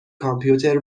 کامپیوتر